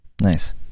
Nice